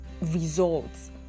results